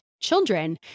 children